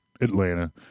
Atlanta